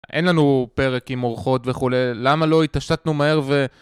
אין לנו פרק עם אורחות וכולי, למה לא התעשתנו מהר ו...